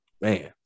man